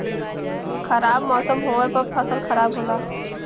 खराब मौसम होवे पर फसल खराब होला